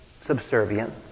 subservient